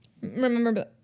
Remember